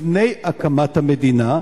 לפני הקמת המדינה,